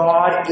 God